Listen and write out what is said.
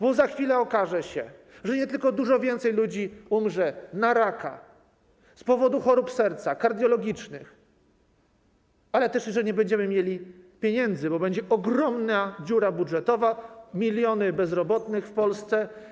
Bo za chwilę okaże się, że nie tylko dużo więcej ludzi umrze na raka czy z powodu chorób serca, kardiologicznych, ale też, że nie będziemy mieli pieniędzy, bo będzie ogromna dziura budżetowa, będą miliony bezrobotnych w Polsce.